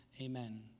Amen